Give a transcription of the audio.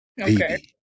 Okay